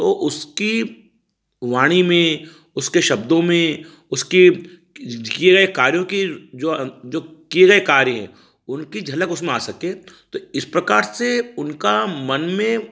तो उसकी वाणी में उसके शब्दों में उसके किए गए कार्यों की जो जो किए गये कार्य हैं उनकी झलक उसमें आ सके तो इस प्रकार से उनका मन में